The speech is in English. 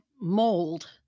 mold